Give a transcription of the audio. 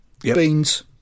beans